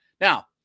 Now